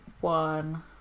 one